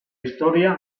historia